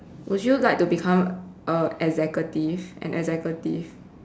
would you like to become a executive an executive